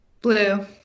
Blue